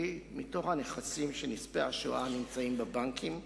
מתוך הנכסים של נספי השואה הנמצאים בבנקים,